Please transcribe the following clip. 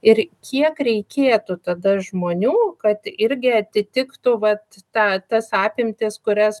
ir kiek reikėtų tada žmonių kad irgi atitiktų vat tą tas apimtis kurias